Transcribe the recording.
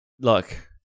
Look